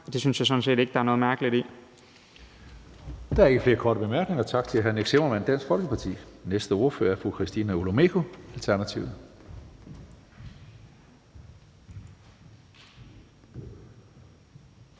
Tredje næstformand (Karsten Hønge): Der er ikke flere korte bemærkninger. Tak til hr. Nick Zimmermann, Dansk Folkeparti. Næste ordfører er fru Christina Olumeko, Alternativet.